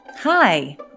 Hi